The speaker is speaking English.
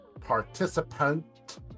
participant